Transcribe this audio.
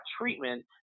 treatment